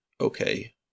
okay